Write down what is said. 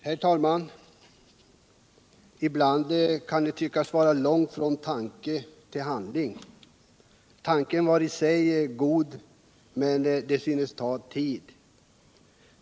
Herr talman! Ibland kan det tyckas vara långt från tanke till handling. I det här fallet var tanken i sig god, men det synes ta tid.